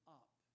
up